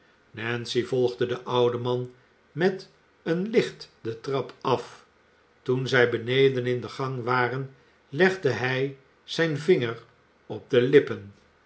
nancy volgde den ouden man met een licht de trap af toen zij beneden in de gang waren legde hij zijn vinger op de lippen